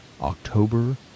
October